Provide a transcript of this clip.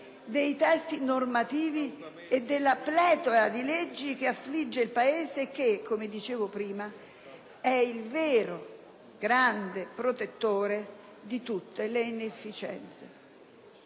dei testi normativi e della pletora di leggi che affligge il Paese e che, come dicevo prima, è la vera grande protettrice di tutte le inefficienze.